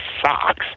socks